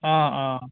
অঁ অঁ